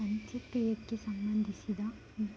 ಅಂತ್ಯಕ್ರಿಯೆಗೆ ಸಂಬಂಧಿಸಿದ